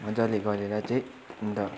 मजाले गरेर चाहिँ अन्त